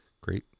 Great